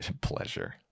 pleasure